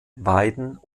weiden